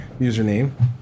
Username